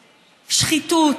שחיתות.